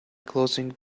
closing